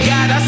God